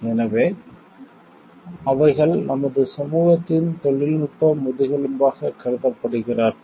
எனவே அவைகள் நமது சமூகத்தின் தொழில்நுட்ப முதுகெலும்பாக கருதப்படுகிறார்கள்